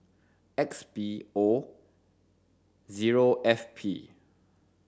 X B O zero F P